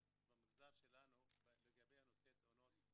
אנחנו מדברים על תאונות,